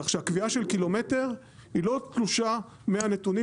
כך שהקביעה של קילומטר היא לא תלושה מהנתונים